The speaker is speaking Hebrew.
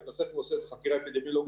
בית הספר עושה איזו חקירה אפידמיולוגית